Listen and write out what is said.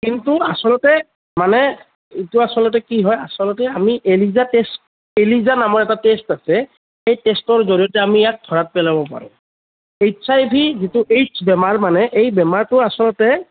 কিন্তু আচলতে মানে এইটো আচলতে কি হয় আচলতে আমি এলিজা টেষ্ট এ লিজা নামৰ এটা টেষ্ট আছে এই টেষ্টৰ জৰিয়তে আমি ইয়াক ধৰা পেলাব পাৰোঁ এইচ আই ভি যিটো এইডছ বেমাৰ মানে এই বেমাৰটো আচলতে